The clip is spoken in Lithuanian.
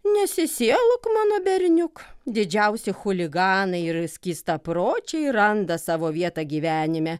nesisielok mano berniuk didžiausi chuliganai ir skystapročiai randa savo vietą gyvenime